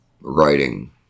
writing